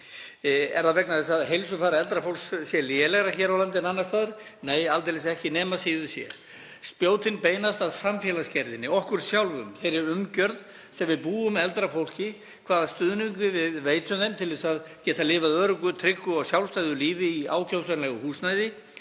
Er það vegna þess að heilsufar eldra fólks er lélegra hér á landi en annars staðar? Nei, aldeilis ekki, nema síður sé. Spjótin beinast að samfélagsgerðinni, okkur sjálfum, umgjörð sem við búum eldra fólki, hvaða stuðning við veitum því til að geta lifað öruggu, tryggu og sjálfstæðu lífi í ákjósanlegu húsnæði